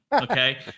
okay